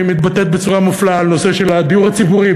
מתבטאת בצורה מופלאה על הנושא של הדיור הציבורי,